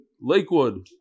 Lakewood